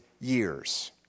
years